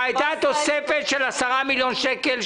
שהייתה התוספת של 10 מיליון שקל,